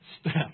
step